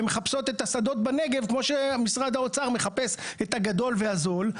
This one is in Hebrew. הן מחפשות את השדות בנגב כמו שמשרד האוצר מחפש את הגדול והזול.